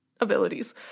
abilities